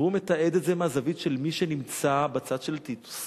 והוא מתעד את זה מהזווית של מי שנמצא בצד של טיטוס.